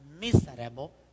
miserable